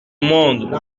monde